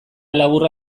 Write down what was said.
laburra